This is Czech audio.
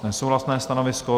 Nesouhlasné stanovisko.